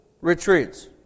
retreats